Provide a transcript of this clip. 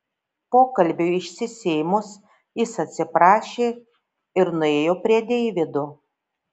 pokalbiui išsisėmus jis atsiprašė ir nuėjo prie deivido